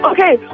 Okay